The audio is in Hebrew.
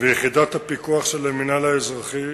ויחידת הפיקוח של המינהל האזרחי,